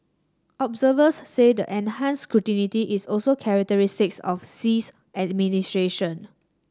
observers say the enhanced is also characteristics of Xi's administration